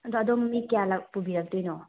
ꯑꯗꯣ ꯑꯗꯣꯝ ꯃꯤ ꯀꯌꯥ ꯂꯥꯛ ꯄꯨꯕꯤꯔꯛꯇꯣꯏꯅꯣ